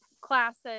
classes